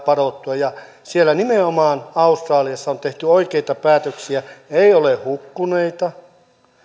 padottua ja nimenomaan siellä australiassa on tehty oikeita päätöksiä ei ole hukkuneita